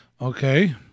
okay